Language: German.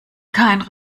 keinen